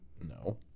no